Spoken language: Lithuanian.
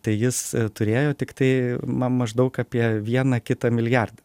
tai jis turėjo tiktai ma maždaug apie vieną kitą milijardą